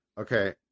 Okay